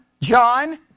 John